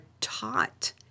taught